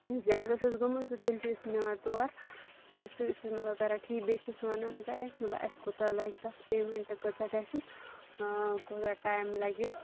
زیادٕ آسٮ۪س گوٚمُت زِ تیٚلہِ چھِ أسۍ نِوان تور تہٕ سُہ چھِ مطلب کَران ٹھیٖک بیٚیہِ چھِس وَنان زِ اَسہِ مطلب اَسہِ کوٗتاہ لَگہِ تَتھ پیمٮ۪نٛٹہٕ کۭژاہ گژھٮ۪س کوتاہ ٹایم لَگٮ۪س